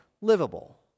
livable